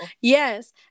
Yes